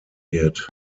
wird